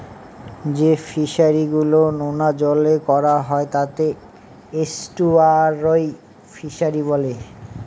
যে ফিশারি গুলো নোনা জলে করা হয় তাকে এস্টুয়ারই ফিশারি বলে